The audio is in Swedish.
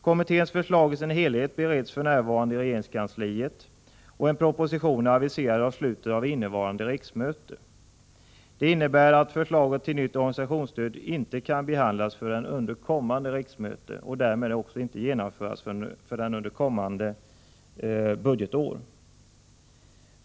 Kommitténs förslag i sin helhet bereds för närvarande i regeringskansliet, och en proposition är aviserad till slutet av innevarande riksmöte. Det innebär att förslaget till nytt organisationsstöd kan behandlas först under kommande riksmöte och därmed inte genomföras förrän under kommande budgetår.